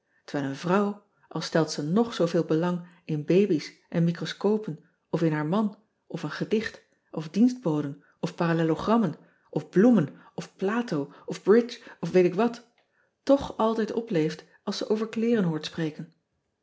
een vrouw al stelt ze nog zooveel belang in babies en microscopen of in haar man of een gedicht of dienstboden of parallelogrammen of bloemen of lato of bridge of weet ik wat toch altijd opleeft als ze over kleeren hoort spreken